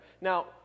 Now